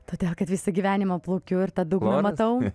todėl kad visą gyvenimą plaukiu ir tą dugną matau